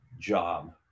job